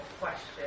question